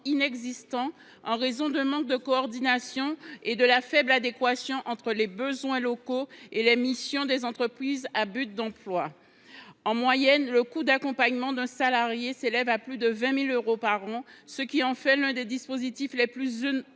inexistants, en raison d’un manque de coordination et d’une faible adéquation entre les besoins locaux et les missions des entreprises à but d’emploi. En moyenne, le coût de l’accompagnement d’un salarié s’élève à plus de 20 000 euros par an, ce qui en fait l’un des dispositifs les plus